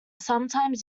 sometimes